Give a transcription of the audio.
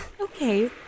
Okay